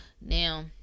Now